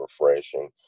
refreshing